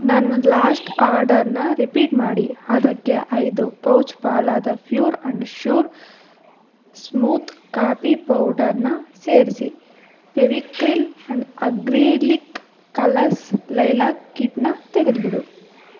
ನನ್ನ ಲಾಸ್ಟ್ ಆರ್ಡರನ್ನ ರಿಪೀಟ್ ಮಾಡಿ ಅದಕ್ಕೆ ಐದು pouch Palada pure and sure smooth ಕಾಪಿ ಪೌಡರನ್ನ ಸೇರಿಸಿ Fevicryl and acrylic colours lilac ಕಿಟ್ಟನ್ನ ತೆಗೆದ್ಬಿಡು